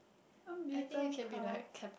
a mutant power